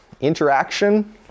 Interaction